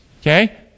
Okay